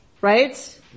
right